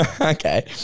Okay